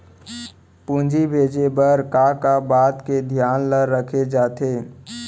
पूंजी भेजे बर का का बात के धियान ल रखे जाथे?